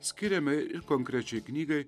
skiriame ir konkrečiai knygai